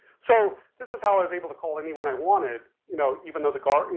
so this is how i was able to call anyone i wanted, you know, even though the guard, and